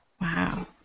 Wow